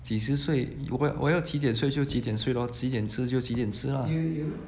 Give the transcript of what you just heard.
几时睡我要七点睡就七点睡 lor 几点吃就几点吃 lah ya